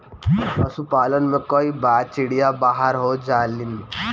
पशुपालन में कई बार चिड़िया बाहर हो जालिन